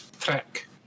track